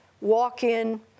walk-in